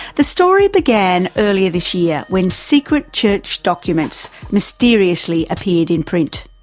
the story began earlier this year when secret church documents mysteriously appeared in print.